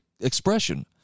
expression